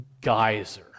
geyser